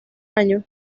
año